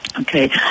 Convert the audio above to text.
Okay